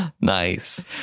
Nice